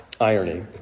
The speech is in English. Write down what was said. irony